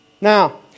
Now